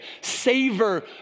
savor